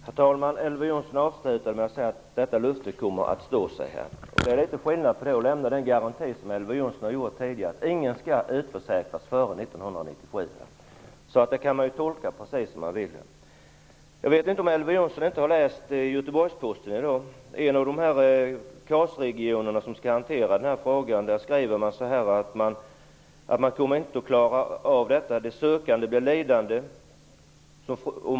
Herr talman! Elver Jonsson avslutar med att säga att löftet kommer att stå sig. Det är litet skillnad på att lämna den garanti -- som Elver Jonsson har gjort tidigare -- att ingen skall utförsäkras före 1997. Det kan tolkas precis som man vill. Jag vet inte om Elver Jonsson har läst Göteborgsposten i dag. Där diskuteras en av KAS regionerna som skall hantera dessa frågor. Det framgår att man inte kommer att klara av arbetet. De sökande kommer att bli lidande.